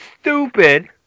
stupid